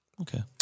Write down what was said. Okay